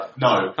No